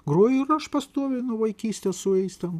groji ir aš pastoviai nuo vaikystės su jais ten